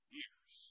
years